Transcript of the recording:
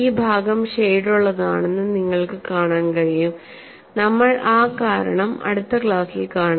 ഈ ഭാഗം ഷേഡുള്ളതാണെന്നും നിങ്ങൾക്ക് കാണാൻ കഴിയും നമ്മൾ ആ കാരണം അടുത്ത ക്ലാസിൽ കാണും